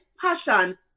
passion